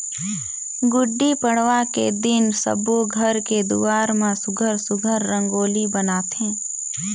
गुड़ी पड़वा के दिन सब्बो घर के दुवार म सुग्घर सुघ्घर रंगोली बनाथे